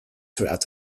throughout